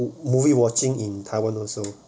movie watching in taiwan also